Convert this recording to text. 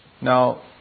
Now